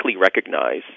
recognize